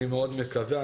אני מאוד מקווה.